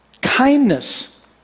Kindness